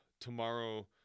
Tomorrow